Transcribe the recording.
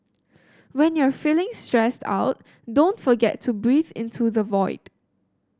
when you are feeling stressed out don't forget to breathe into the void